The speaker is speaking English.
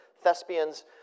thespians